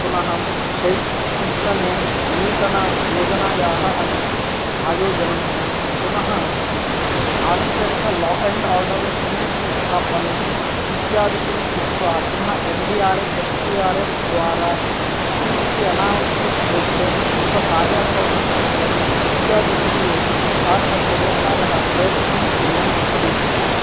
पुनः शैक् शिक्षणे नूतनयोजनायाः अनु आयोजनं पुनः आन्तरिक ला अण्ड् आर्डर् सम्यक् स्थापनम् इत्यादिकं कृत्वा पुनः N D R F S D R F द्वारा अतिवृष्टि अनावृष्टिक्षेत्रे क्षिप्रकार्याचरणं करणम् इत्यादिविषये भारतसर्वकारः प्रयत्नं कुर्वन् अस्ति